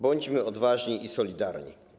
Bądźmy odważni i solidarni.